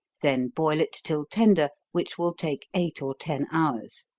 then boil it till tender, which will take eight or ten hours.